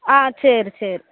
ஆ சரி சரி